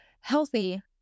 healthy